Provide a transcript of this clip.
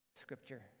scripture